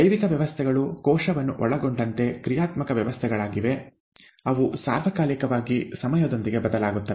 ಜೈವಿಕ ವ್ಯವಸ್ಥೆಗಳು ಕೋಶವನ್ನು ಒಳಗೊಂಡಂತೆ ಕ್ರಿಯಾತ್ಮಕ ವ್ಯವಸ್ಥೆಗಳಾಗಿವೆ ಅವು ಸಾರ್ವಕಾಲಿಕವಾಗಿ ಸಮಯದೊಂದಿಗೆ ಬದಲಾಗುತ್ತವೆ